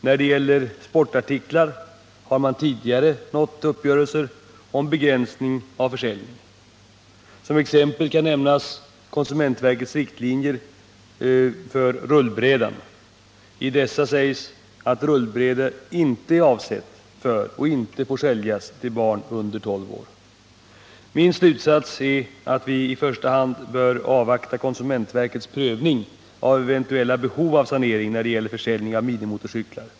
När det gäller sportartiklar har man tidigare nått uppgörelser om begränsning av försäljning. Som exempel kan nämnas konsumentverkets riktlinjer för rullbräden. I dessa sägs att rullbräde inte är avsett för och inte får säljas till barn under 12 år. Min slutsats är att vi i första hand bör avvakta konsumentverkets prövning av eventuella behov av sanering när det gäller försäljning av minimotorcyklar.